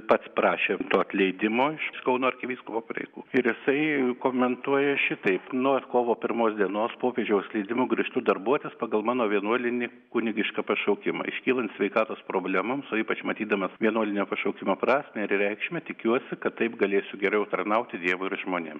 pats prašė atleidimo to iš kauno arkivyskupo pareigų ir jisai komentuoja šitaip nuo kovo pirmos dienos popiežiaus leidimu grįžtu darbuotis pagal mano vienuolinį kunigišką pašaukimą iškylant sveikatos problemoms o ypač matydamas vienuolinio pašaukimo prasmę ir reikšmę tikiuosi kad taip galėsiu geriau tarnauti dievui ir žmonėms